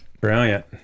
Brilliant